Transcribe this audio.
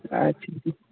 ᱟᱪᱪᱷᱟ